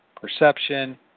perception